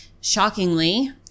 Shockingly